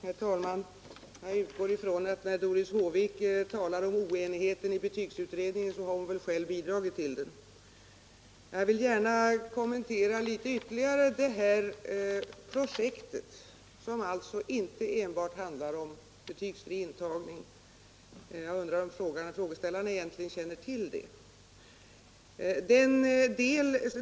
Herr talman! Jag utgår ifrån att när Doris Håvik talar om oenigheten i betygsutredningen, så har hon väl själv bidragit till den. Jag vill gärna litet ytterligare kommentera det här projektet, som inte enbart handlar om betygsfri intagning. Jag undrar om frågeställarna egentligen känner till det.